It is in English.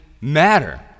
matter